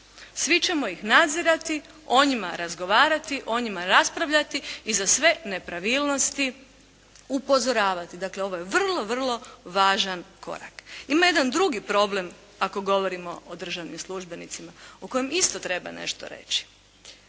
svi ćemo ih nadzirati, o njima razgovarati, o njima raspravljati i za sve nepravilnosti upozoravati. Dakle, ovo je vrlo važan korak. Ima jedan drugi problem ako govorimo o državnim službenicima o kojem isto treba nešto reći.